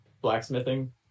blacksmithing